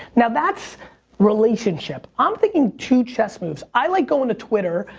now that's relationship. i'm thinking two chess moves. i like going to twitter,